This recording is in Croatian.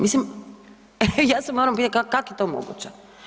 Mislim, ja se moram pitat kak je to moguće?